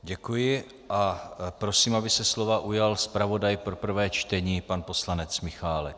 Děkuji a prosím, aby se slova ujal zpravodaj pro prvé čtení pan poslanec Michálek.